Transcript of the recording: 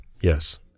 Yes